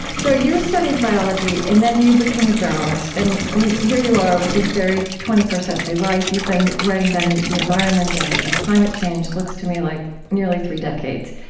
so you studied biology and then you became a journalist. and i mean, here you are with this very twenty first century life. you've been writing about and the environment and and climate climate change looks to me like nearly three decades.